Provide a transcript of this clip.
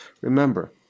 remember